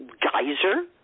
geyser